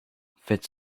faites